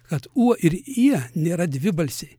kad uo ir ie nėra dvibalsiai